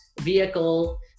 vehicle